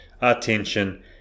attention